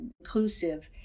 inclusive